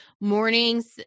mornings